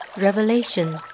Revelation